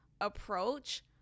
approach